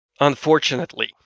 Unfortunately